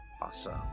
Awesome